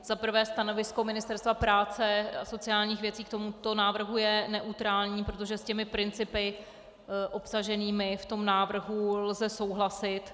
Za prvé stanovisko Ministerstva práce a sociálních věcí k tomuto návrhu je neutrální, protože s těmi principy obsaženými v tom návrhu lze souhlasit.